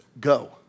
go